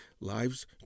lives